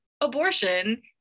abortion